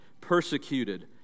persecuted